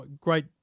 Great